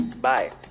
Bye